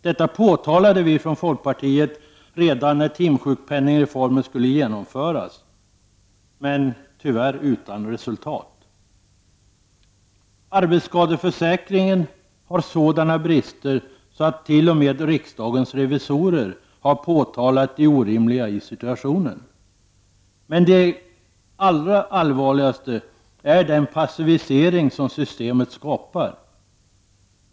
Detta påtalade folkpartiet när timsjukpenningreformen skulle genomföras, men tyvärr utan resultat. Arbetsskadeförsäkringen har sådana brister att t.o.m. riksdagens revisorer har påtalat det orimliga i situationen. Men det allra allvarligaste är den passivisering som systemet skapar.